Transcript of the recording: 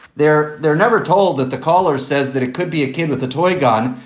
they're they're never told that. the caller says that it could be a kid with a toy gun.